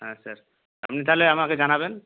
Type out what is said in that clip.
হ্যাঁ স্যার আপনি তাহলে আমাকে জানাবেন